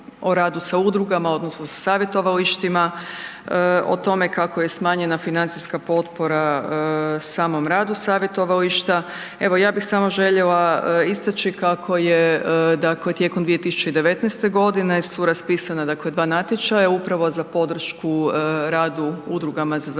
o radu sa udrugama odnosno sa savjetovalištima, o tome kako je smanjena financijska potpora samom radu savjetovališta, evo, ja bih samo željela istaći kako je dakle tijekom 2019. su raspisana dakle dva natječaja upravo za podršku radu udrugama za zaštitu